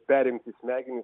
perimti smegenis